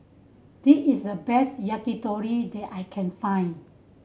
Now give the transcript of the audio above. this is the best Yakitori that I can find